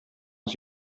als